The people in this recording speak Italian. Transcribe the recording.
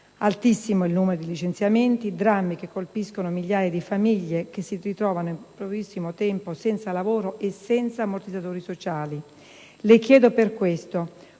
Altissimo è poi il numero dei licenziamenti, drammi che colpiscono migliaia di famiglie, che si ritrovano in pochissimo tempo senza lavoro e senza ammortizzatori sociali. Le chiedo per questo